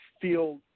feel